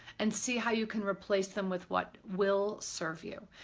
and see how you can replace them with what will serve you.